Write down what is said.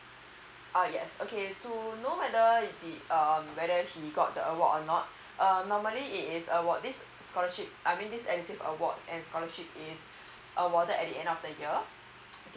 oh yes okay to know whether um whether he got the award or not err normally it is uh this scholarship I mean this edusave awards and scholarship is awarded at the end of the year